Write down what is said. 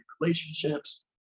relationships